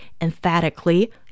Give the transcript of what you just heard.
emphatically